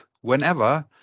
whenever